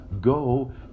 Go